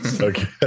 Okay